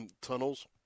tunnels